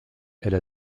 elle